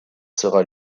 sera